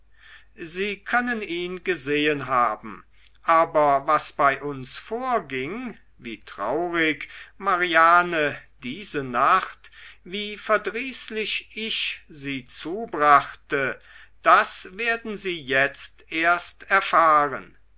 sie können ihn gesehen haben aber was bei uns vorging wie traurig mariane diese nacht wie verdrießlich ich sie zubrachte das werden sie erst jetzt erfahren